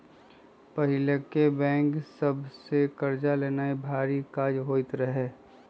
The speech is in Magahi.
पहिके बैंक सभ से कर्जा लेनाइ भारी काज होइत रहइ